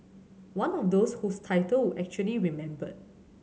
one of those whose title we actually remembered